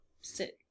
sit